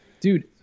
dude